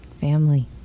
family